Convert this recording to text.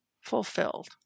fulfilled